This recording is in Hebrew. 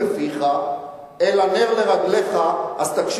בפגישה של חיים רמון עם סאיב עריקאת ב"אמריקן קולוני" ישב